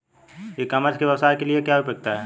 ई commerce के व्यवसाय के लिए क्या उपयोगिता है?